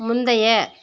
முந்தைய